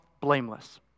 blameless